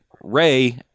Ray